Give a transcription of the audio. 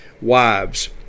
wives